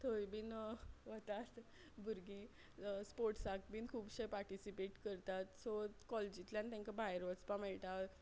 थंय बीन वतात भुरगीं स्पोर्ट्साक बीन खुबशे पार्टिसिपेट करतात सो कॉलेजींतल्यान तेंकां भायर वचपा मेळटा